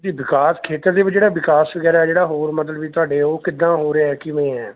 ਜੀ ਵਿਕਾਸ ਖੇਤਰ ਦੇ ਵਿੱਚ ਜਿਹੜਾ ਵਿਕਾਸ ਵਗੈਰਾ ਜਿਹੜਾ ਹੋਰ ਮਤਲਬ ਵੀ ਤੁਹਾਡੇ ਉਹ ਕਿੱਦਾਂ ਹੋ ਰਿਹਾ ਕਿਵੇਂ ਹੈ